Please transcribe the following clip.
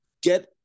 Get